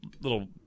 little